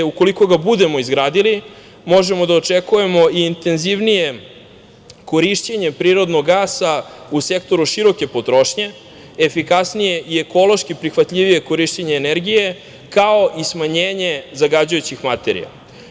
Ukoliko ga budemo izgradili, možemo da očekujemo intenzivnije korišćenje prirodnog gasa u sektoru široke potrošnje, efikasnije i ekološki prihvatljivije korišćenje energije, kao i smanjenje zagađujućih materija.